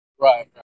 Right